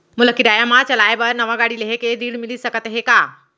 मोला किराया मा चलाए बर नवा गाड़ी लेहे के ऋण मिलिस सकत हे का?